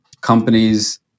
companies